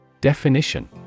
Definition